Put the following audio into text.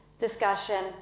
discussion